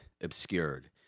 obscured